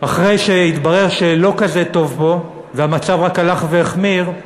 אחרי שיתברר שלא כזה טוב פה, והמצב רק הלך והחמיר,